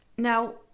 Now